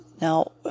Now